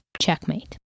checkmate